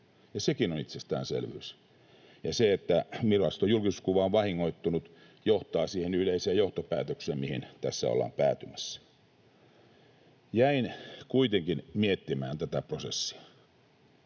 sekin on itsestäänselvyys, ja se, että viraston julkisuuskuva on vahingoittunut, johtaa siihen yleiseen johtopäätökseen, mihin tässä ollaan päätymässä. Jäin kuitenkin miettimään tätä prosessia.